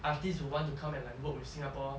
artists will like want to come and work with singapore